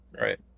right